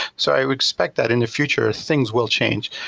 so i would expect that in the future, things will change.